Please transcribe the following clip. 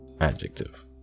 Adjective